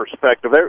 perspective